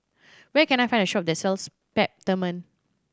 where can I find a shop that sells Peptamen